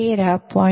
ನಾವು Vc313